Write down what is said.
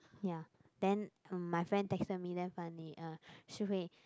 ya then my friend texted me damn funny uh Shi-Hui